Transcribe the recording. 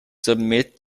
submit